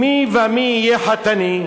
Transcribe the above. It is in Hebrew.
/ מי ומי יהיה חתני?"